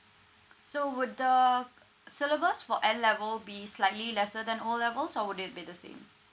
so would the uh syllabus for N level be slightly lesser than O levels or would it be the same